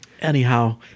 Anyhow